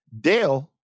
Dale